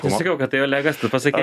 nesakiau kad tai olegas tu pasakei